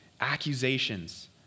accusations